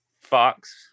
fox